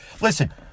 Listen